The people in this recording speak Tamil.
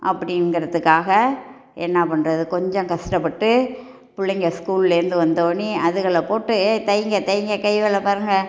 அப்படிங்கிறதுக்காக என்ன பண்ணுறது கொஞ்சம் கஷ்டப்பட்டு பிள்ளைங்க ஸ்கூல்லேருந்து வந்தோனே அதுகளைப் போட்டு ஏய் தைங்கத் தைங்க கைவேலை பாருங்கள்